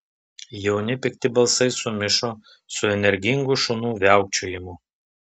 jauni pikti balsai sumišo su energingu šunų viaukčiojimu